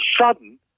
sudden